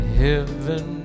heaven